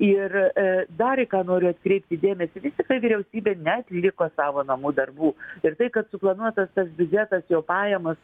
ir e dar į ką noriu atkreipti dėmesį vis tiktai vyriausybė neatliko savo namų darbų ir tai kad suplanuotas tas biudžetas jo pajamos